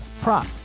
prop